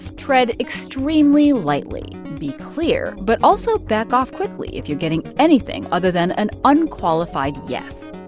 tread extremely lightly. be clear, but also back off quickly if you're getting anything other than an unqualified yes.